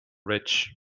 rich